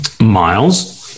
Miles